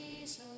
Jesus